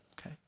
Okay